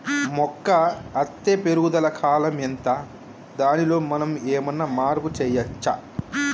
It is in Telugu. మొక్క అత్తే పెరుగుదల కాలం ఎంత దానిలో మనం ఏమన్నా మార్పు చేయచ్చా?